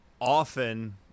Often